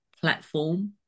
platform